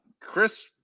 Chris